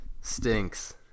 stinks